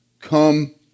Come